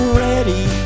ready